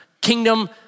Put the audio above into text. kingdom